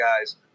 guys